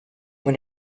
when